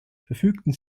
verfügten